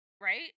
right